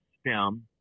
stem